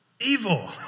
Evil